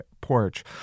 porch